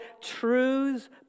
truths